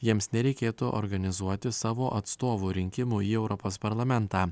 jiems nereikėtų organizuoti savo atstovų rinkimų į europos parlamentą